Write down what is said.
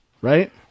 Right